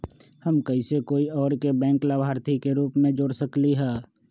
हम कैसे कोई और के बैंक लाभार्थी के रूप में जोर सकली ह?